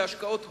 להשקעות הון.